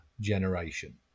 generation